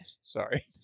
sorry